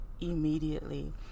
immediately